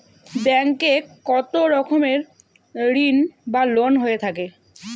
Bank এ কত রকমের ঋণ বা লোন হয়ে থাকে?